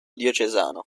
diocesano